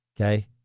Okay